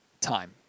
time